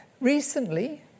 Recently